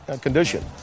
condition